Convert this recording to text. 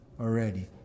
already